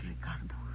Ricardo